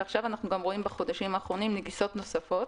ועכשיו אנחנו רואים בחודשים האחרונים נגיסות נוספות,